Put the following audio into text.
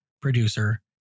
producer